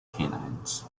canines